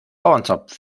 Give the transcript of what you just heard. bauernzopf